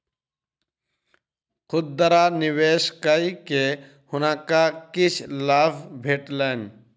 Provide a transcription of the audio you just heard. खुदरा निवेश कय के हुनका किछ लाभ भेटलैन